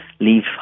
leave